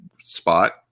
spot